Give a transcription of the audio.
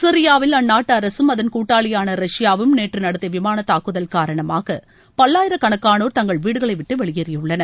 சிரியாவில் அந்நாட்டு அரசும் அதன் கூட்டாளியான ரஷ்யாவும் நேற்று நடத்திய விமான தாக்குதல் காரணமாக பல்லாயிரக்கணக்கானோர் தங்கள் வீடுகளை விட்டு வெளியேறியுள்ளனர்